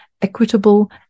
equitable